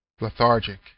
lethargic